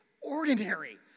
ordinary